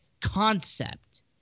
concept